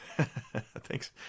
Thanks